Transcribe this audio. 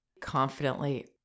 confidently